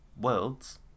worlds